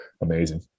amazing